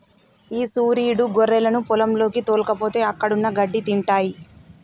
ఈ సురీడు గొర్రెలను పొలంలోకి తోల్కపోతే అక్కడున్న గడ్డి తింటాయి